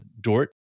Dort